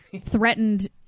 Threatened